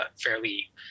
fairly